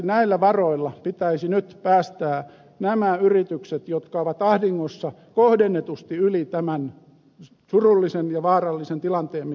näillä varoilla pitäisi nyt päästää nämä yritykset jotka ovat ahdingossa kohdennetusti yli tämän surullisen ja vaarallisen tilanteen mikä meillä on